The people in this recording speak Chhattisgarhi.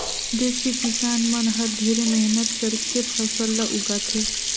देस के किसान मन हर ढेरे मेहनत करके फसल ल उगाथे